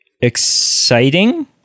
exciting